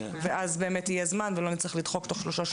ואז באמת יהיה זמן ולא נצטרך לדחוק תוך שלושה שבועות דיוני מעקב.